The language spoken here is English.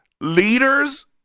leaders